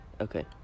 Okay